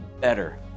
better